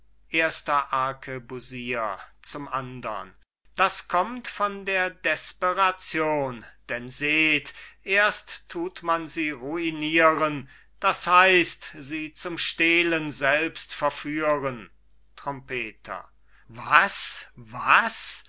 erster arkebusier zum andern das kommt von der desperation denn seht erst tut man sie ruinieren das heißt sie zum stehlen selbst verführen trompeter was was